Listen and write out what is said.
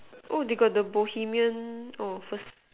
oh they got the Bohemian oh first